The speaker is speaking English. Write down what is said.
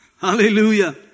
Hallelujah